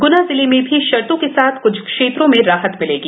ग्ना जिले में भी शर्तों के साथ क्छ क्षेत्रों में राहत मिलेगी